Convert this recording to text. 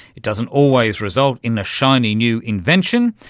it doesn't always result in a shiny new invention.